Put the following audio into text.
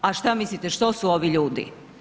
A što mislite što su ovi ljudi?